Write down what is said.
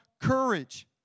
courage